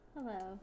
Hello